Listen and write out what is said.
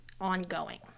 ongoing